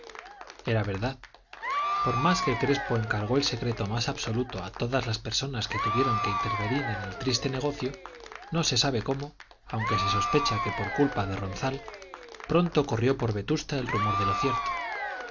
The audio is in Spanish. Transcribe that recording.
era verdad por más que crespo encargó el secreto más absoluto a todas las personas que tuvieron que intervenir en el triste negocio no se sabe cómo aunque se sospecha que por culpa de ronzal pronto corrió por vetusta el rumor de lo cierto